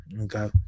Okay